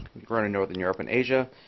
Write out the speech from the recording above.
grown in northern europe and asia,